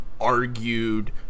argued